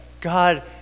God